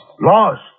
Lost